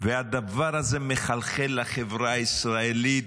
והדבר הזה מחלחל לחברה הישראלית,